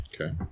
Okay